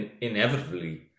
inevitably